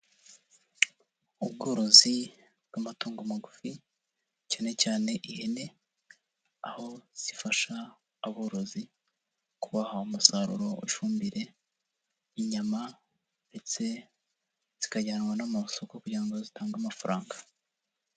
Ubworozi bw'amatungo magufi, cyane cyane ihene, aho zifasha aborozi kubaha umusaruro, ifumbire, inyama, ndetse zikajyanwa n'amasoko kugira ngo zitange amafaranga.